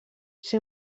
ser